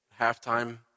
halftime